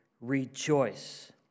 rejoice